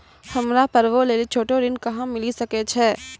हमरा पर्वो लेली छोटो ऋण कहां मिली सकै छै?